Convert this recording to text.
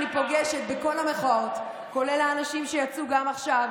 לו להפריע לה בנאום, אדוני היושב-ראש?